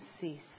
cease